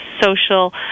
social